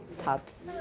tops